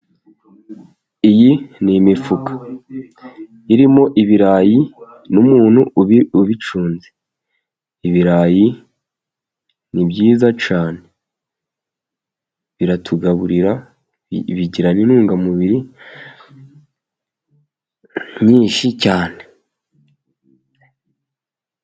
Iyi ni imifuka irimo ibirayi n'umuntu ubi ubicunze. Ibirayi ni byiza cyane biratugaburira bigira n'intungamubiri nyinshi cyane.